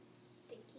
Sticky